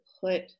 put